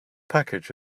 package